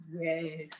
yes